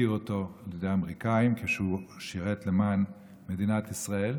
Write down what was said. ולהפקיר אותו לידי האמריקאים כשהוא שירת למען מדינת ישראל.